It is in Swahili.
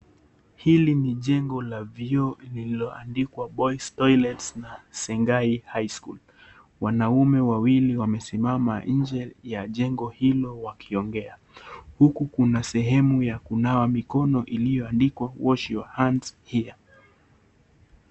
Hili ni jengo la vyoo lililoangikwa boys toilet na Sengai High School. Wanaume wawili wamesimama nje ya jengo hilo wakiongea huku kuna sehemu ya kuoshea mikono iliyoandikwa wash your hands here .